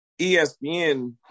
ESPN